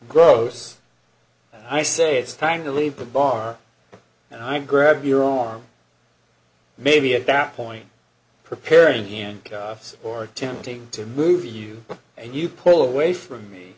gross i say it's time to leave the bar and i grab your arm maybe at that point preparing hand or attempting to move you and you pull away from me